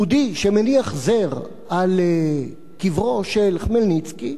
יהודי שמניח זר על קברו של חמלניצקי